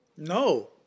No